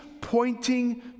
pointing